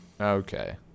Okay